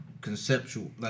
conceptual